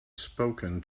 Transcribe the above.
spoken